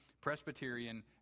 Presbyterian